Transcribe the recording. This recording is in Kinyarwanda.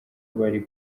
bari